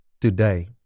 today